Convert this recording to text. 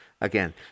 again